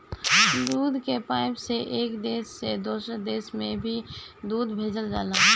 दूध के पाइप से एक देश से दोसर देश में भी दूध भेजल जाला